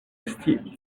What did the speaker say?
esti